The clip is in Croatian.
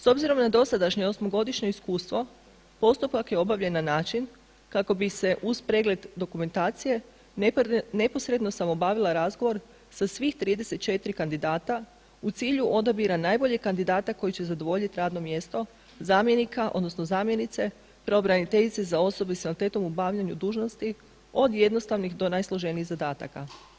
S obzirom na dosadašnje osmogodišnje iskustvo postupak je obavljen na način kako bi se uz pregled dokumentacije neposredno sam obavila razgovor sa svih 34 kandidata u cilju odabira najboljeg kandidata koji će zadovoljiti radno mjesto zamjenika odnosno zamjenice pravobraniteljice za osobe s invaliditetom u obavljanju dužnosti od jednostavnih do najsloženijih zadataka.